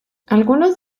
algunos